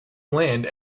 land